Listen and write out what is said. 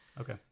Okay